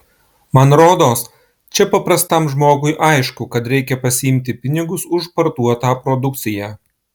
man rodos čia paprastam žmogui aišku kad reikia pasiimti pinigus už parduotą produkciją